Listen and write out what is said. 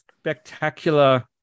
spectacular